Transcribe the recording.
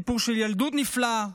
סיפור של ילדות נפלאה,